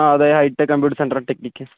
ആ അതെ high tech computer centre and technique